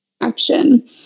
action